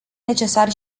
necesar